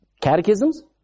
catechisms